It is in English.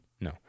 no